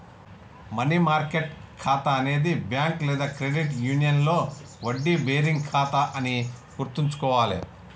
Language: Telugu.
మనీ మార్కెట్ ఖాతా అనేది బ్యాంక్ లేదా క్రెడిట్ యూనియన్లో వడ్డీ బేరింగ్ ఖాతా అని గుర్తుంచుకోవాలే